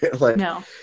No